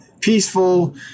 Peaceful